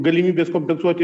galimybės kompensuoti